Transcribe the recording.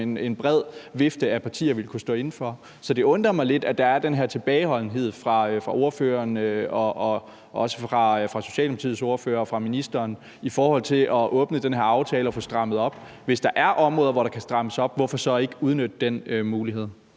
en bred vifte af partier vil kunne stå inde for. Så det undrer mig lidt, at der er den her tilbageholdenhed hos ordføreren og også hos Socialdemokratiets ordfører og hos ministeren i forhold til at åbne den her aftale og få strammet op. Hvis der er områder, hvor der kan strammes op, hvorfor så ikke udnytte den mulighed?